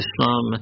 Islam